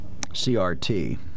CRT